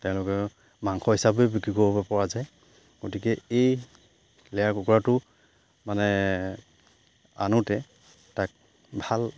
তেওঁলোকে মাংস হিচাপে বিক্ৰী কৰিব পৰা যায় গতিকে এই লেয়াৰ কুকুৰাটো মানে আনোতে তাক ভাল